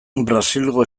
brasilgo